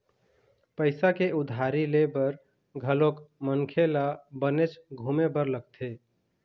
पइसा के उधारी ले बर घलोक मनखे ल बनेच घुमे बर लगथे